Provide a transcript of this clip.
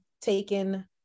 taken